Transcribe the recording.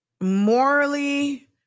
morally